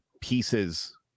pieces